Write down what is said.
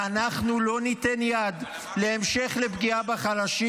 ואנחנו לא ניתן יד להמשך פגיעה בחלשים.